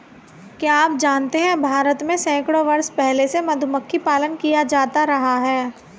क्या आप जानते है भारत में सैकड़ों वर्ष पहले से मधुमक्खी पालन किया जाता रहा है?